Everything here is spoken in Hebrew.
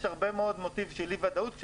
יש מוטיב מאוד גדול של אי-ודאות.